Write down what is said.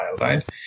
right